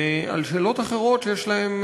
ועל שאלות אחרות שיש להן,